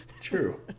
True